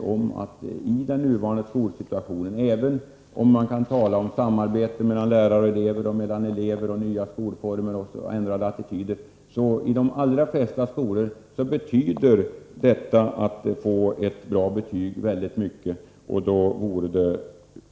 om man i den nuvarande skolsituationen kan tala om samarbete mellan lärare och elever, nya skolformer och ändrade attityder, betyder i de allra flesta skolor detta att få ett bra betyg väldigt mycket.